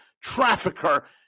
trafficker